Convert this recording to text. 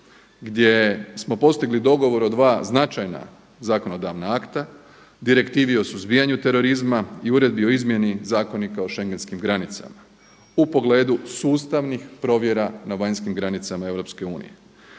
gdje smo postigli dogovor o dva značajna zakonodavna akta, Direktivi o suzbijanju terorizma i Uredbi o izmjeni zakonika o schengenskim granicama u pogledu sustavnih provjera na vanjskim granicama EU.